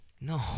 No